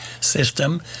system